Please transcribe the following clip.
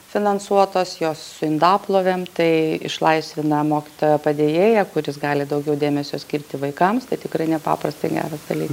finansuotos jos su indaplovėm tai išlaisvina mokytojo padėjėją kuris gali daugiau dėmesio skirti vaikams tai tikrai nepaprastai geras dalykas